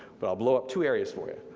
but i'll blow up two areas for you.